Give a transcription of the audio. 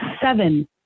seven